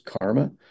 Karma